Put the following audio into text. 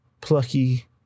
plucky